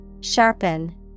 Sharpen